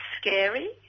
scary